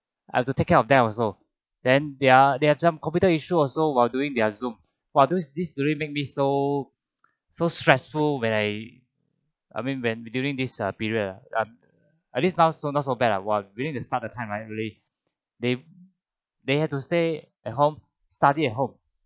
I have to take care of them also then they are they have some computer issue also while doing their Zoom while those these really make me so so stressful when I I mean when during this uh period ah at least now so not so bad lah while we need to start a time right they they had to stay at home study at home